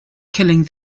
killing